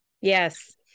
Yes